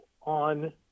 on